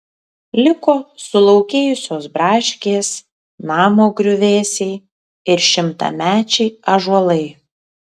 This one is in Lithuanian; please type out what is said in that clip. liko sulaukėjusios braškės namo griuvėsiai ir šimtamečiai ąžuolai